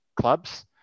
clubs